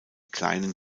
kleinen